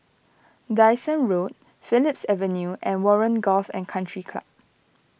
Dyson Road Phillips Avenue and Warren Golf and Country Club